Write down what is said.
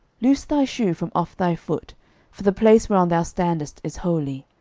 loose thy shoe from off thy foot for the place whereon thou standest is holy.